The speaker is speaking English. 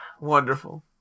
Wonderful